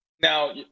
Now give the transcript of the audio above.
now